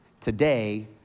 Today